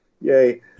Yay